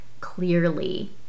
clearly